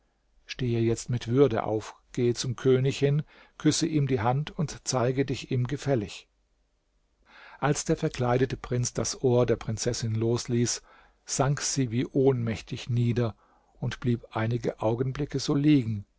stehe jetzt mit würde auf gehe zum könig hin küsse ihm die hand und zeige dich ihm gefällig als der verkleidete prinz das ohr der prinzessin losließ sank sie wie ohnmächtig nieder und blieb einige augenblicke so liegen